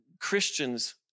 Christians